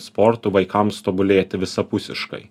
sportų vaikams tobulėti visapusiškai